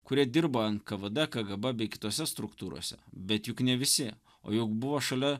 kurie dirbo nkvd kgb bei kitose struktūrose bet juk ne visi o juk buvo šalia